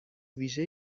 ویژه